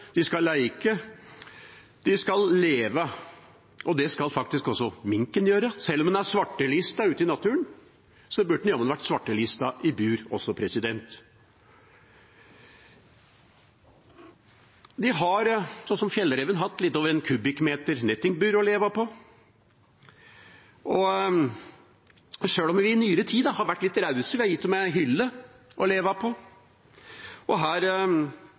de skal leike – de skal leve. Det skal faktisk også minken gjøre. Sjøl om den er svartelistet ute i naturen, burde den jammen også vært svartelistet i bur. Den har – som fjellreven – hatt et litt over 1 m 3 nettingbur å leve i, sjøl om vi i nyere tid har vært litt rause. Vi har gitt dem en hylle å leve på, og her